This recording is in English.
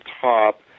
top